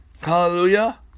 Hallelujah